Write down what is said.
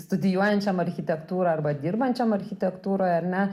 studijuojančiam architektūrą arba dirbančiam architektūroj ar ne